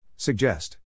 Suggest